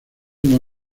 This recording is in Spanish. una